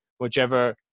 Whichever